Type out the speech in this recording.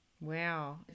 wow